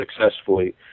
successfully